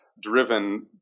driven